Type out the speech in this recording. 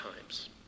times